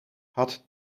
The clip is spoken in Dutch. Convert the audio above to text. had